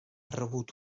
rebut